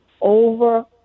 over